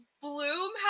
Bloom